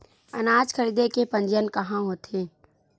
अनाज खरीदे के पंजीयन कहां होथे?